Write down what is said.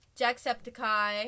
Jacksepticeye